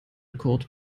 kurt